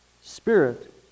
spirit